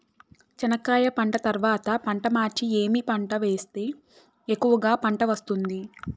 చెనక్కాయ పంట తర్వాత పంట మార్చి ఏమి పంట వేస్తే ఎక్కువగా పంట వస్తుంది?